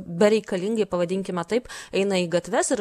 bereikalingai pavadinkime taip eina į gatves ir